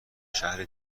شهر